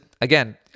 again